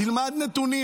תלמד נתונים.